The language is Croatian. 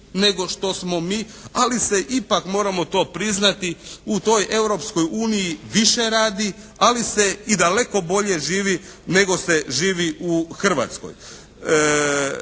nego što smo mi. Ali se ipak moramo to priznati u toj Europskoj uniji više radi, ali se i daleko bolje živi nego se živi u Hrvatskoj.